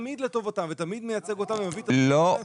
תמיד לטובתם ותמיד מייצג אותם --- לא.